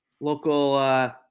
local